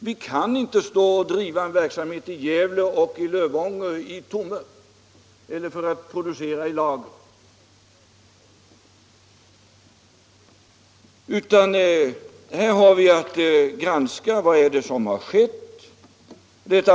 Vi kan inte driva en verksamhet i Gävle och Lövånger i tomme eller för att producera på lager, utan här måste vi granska vad som har skett.